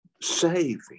saving